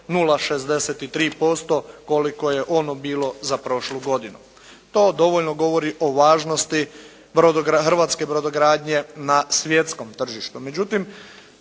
0,63% koliko je ono bilo za prošlu godinu. To dovoljno govori o važnosti hrvatske brodogradnje na svjetskom tržištu.